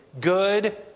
good